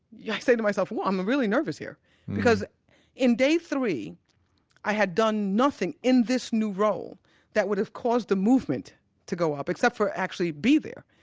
yeah i say to myself, i'm really nervous here because in day three i had done nothing in this new role that would have caused a movement to go up except for actually be there.